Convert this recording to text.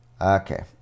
Okay